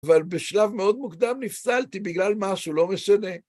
אבל בשלב מאוד מוקדם נפסלתי בגלל משהו לא משנה.